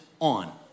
on